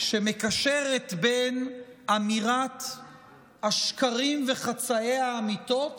שמקשרת בין אמירת השקרים וחצאי האמיתות